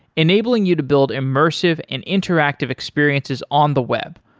enabling you to build immersive and interactive experiences on the web,